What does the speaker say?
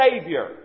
Savior